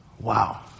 Wow